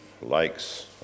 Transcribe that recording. likes